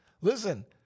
listen